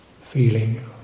feeling